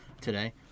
today